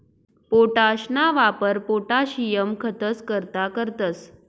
पोटाशना वापर पोटाशियम खतंस करता करतंस